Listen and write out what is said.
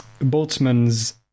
Boltzmann's